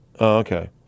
Okay